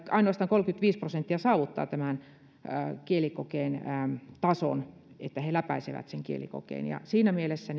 ainoastaan kolmekymmentäviisi prosenttia saavuttaa tämän kielikokeen tason että he läpäisevät sen kielikokeen siinä mielessä